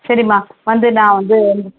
சரிம்மா வந்து நான் வந்து